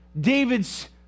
David's